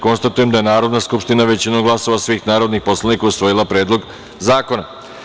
Konstatujem da je Narodna skupština, većinom glasova svih narodnih poslanika, usvojila Predlog zakona.